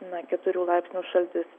na keturių laipsnių šaltis